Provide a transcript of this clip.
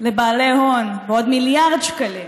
לבעלי הון בעוד מיליארד שקלים